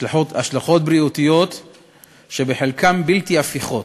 השלכות בריאותיות שחלקן בלתי הפיכות,